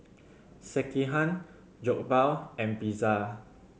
Sekihan Jokbal and Pizza